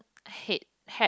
hate hat